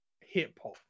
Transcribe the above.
hip-hop